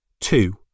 Two